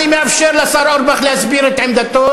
אני מאפשר לשר אורבך להסביר את עמדתו,